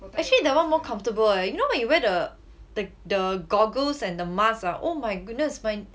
actually that [one] more comfortable eh you know you where the the the goggles and the mask ah oh my goodness when